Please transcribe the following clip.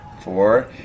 four